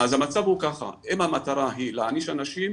אז המצב הוא ככה, אם המטרה היא להעניש אנשים